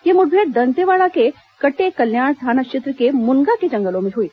ये मुठभेड़ दंतेवाड़ा के कटेकल्याण थाना क्षेत्र के मुनगा के जंगलों में हुई